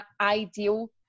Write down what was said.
ideal